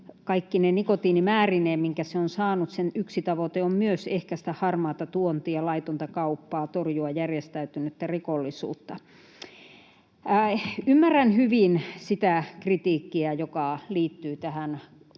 kaikkine nikotiinimäärineen, minkä se on saanut, yksi tavoite on myös ehkäistä harmaata tuontia ja laitonta kauppaa ja torjua järjestäytynyttä rikollisuutta. Ymmärrän hyvin sitä kritiikkiä, joka liittyy tähän melko